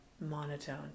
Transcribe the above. monotone